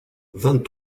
vingt